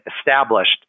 established